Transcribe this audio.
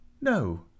No